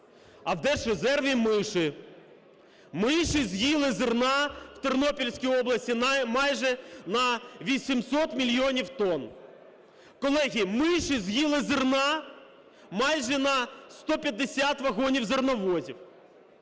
А в Держрезерві миші, миші з'їли зерна в Тернопільській області майже на 800 мільйонів тонн. Колеги, миші з'їли зерна майже на 150 вагонів зерновозів.